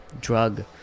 drug